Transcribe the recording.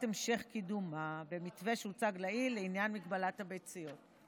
המשך קידומה במתווה שהוצג לעיל לעניין מגבלת הביציות.